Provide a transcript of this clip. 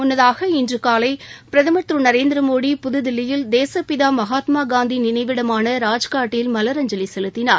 முன்னதாக இன்று காலை பிரதமர் திரு நரேந்திர மோடி புதுதில்லியில் தேசபிதா மகாத்மா காந்தி நினைவிடமான ராஜ்காட்டில் மலரஞ்சலி செலுத்தினார்